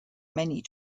many